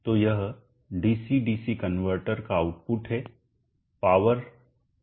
तो यह DC DC converter का आउटपुट है पावर इस तरह से बह रहा है